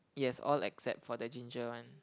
yes all except for the ginger one